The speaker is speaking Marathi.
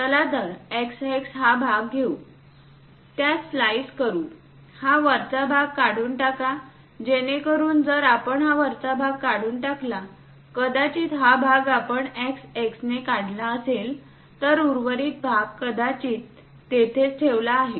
चला तर x x हा भाग घेऊ त्यास स्लाइस करू हा वरचा भाग काढून टाका जेणेकरुन जर आपण हा वरचा भाग काढून टाकला कदाचित हा भाग आपण x x ने काढला असेल तर उर्वरित भाग कदाचित तिथेच ठेवला आहे